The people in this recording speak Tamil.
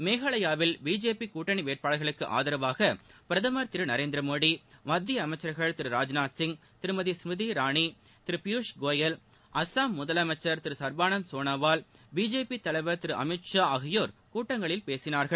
மேகாலயாவில் பிஜேபி கூட்டணி வேட்பாளர்களுக்கு ஆதரவாக பிரதமர் திரு நரேந்திர மோடி மத்திய அமைச்சர்கள் திரு ராஜ்நாத் சிங் திருமதி ஸ்மிருதி இரானி திரு பியூஷ் கோயல் அஸ்ஸாம் முதலமைச்சர் திரு சர்பானந்த் சோனோவால் பிஜேபி தலைவர் திரு அமித் ஷா ஆகியோர் கூட்டங்களில் பேசினார்கள்